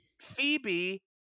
Phoebe